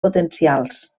potencials